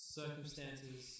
circumstances